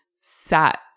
sat